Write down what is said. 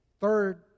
Third